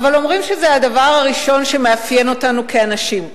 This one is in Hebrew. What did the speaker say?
אבל אומרים שזה הדבר הראשון שמאפיין אותנו כאנשים,